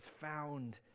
found